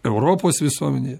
europos visuomenėje